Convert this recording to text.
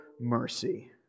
mercy